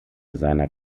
seiner